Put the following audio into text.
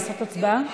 לעשות הצבעה?